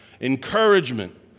Encouragement